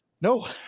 No